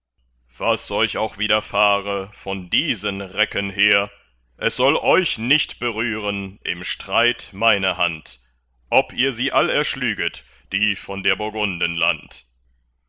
was euch auch widerfahre von diesen recken hehr es soll euch nicht berühren im streit meine hand ob ihr sie all erschlüget die von der burgunden land